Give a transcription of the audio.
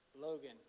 Logan